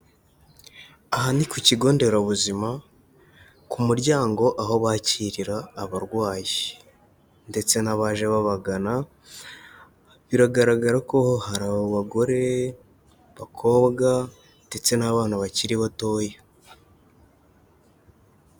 Aha ni ku kigo nderabuzima ku muryango aho bakirira abarwayi, ndetse n'abaje babagana, biragaragara ko hari abagore, abakobwa ndetse n'abana bakiri batoya.